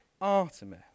Artemis